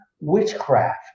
witchcraft